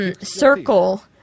circle